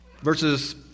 verses